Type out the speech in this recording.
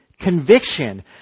conviction